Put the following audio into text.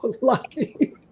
lucky